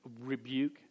rebuke